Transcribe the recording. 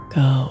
go